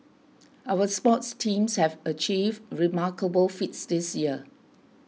our sports teams have achieved remarkable feats this year